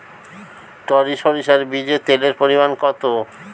টরি সরিষার বীজে তেলের পরিমাণ কত?